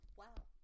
wow